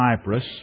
Cyprus